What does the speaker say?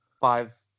five